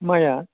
माइआ